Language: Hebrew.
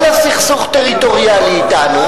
אין לה סכסוך טריטוריאלי אתנו,